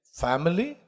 family